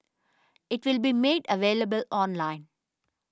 it will be made available online